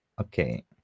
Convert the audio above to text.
okay